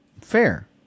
Fair